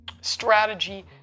strategy